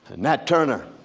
nat turner,